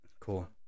Cool